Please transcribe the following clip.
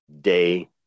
day